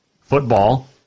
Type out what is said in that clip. football